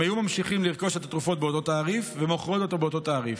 הם היו ממשיכים לרכוש את התרופות באותו תעריף ומוכרים באותו תעריף.